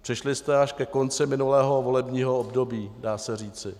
Přišli jste až ke konci minulého volebního období, dá se říci.